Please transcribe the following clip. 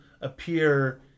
appear